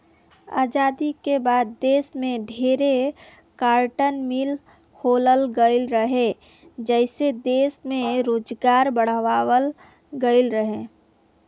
आजादी के बाद देश में ढेरे कार्टन मिल खोलल गईल रहे, जेइसे दश में रोजगार बढ़ावाल गईल रहे